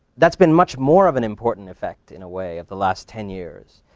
that's been much more of an important effect in a way of the last ten years.